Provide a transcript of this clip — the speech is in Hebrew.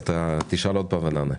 אז תשאל עוד פעם ונענה.